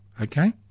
Okay